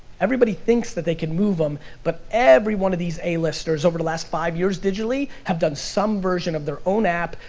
everybody thinks that they can move them, but every one of these a listers over the last five years digitally have done some version of their own app,